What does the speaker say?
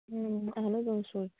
اَہَن حظ سۄے